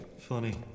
Funny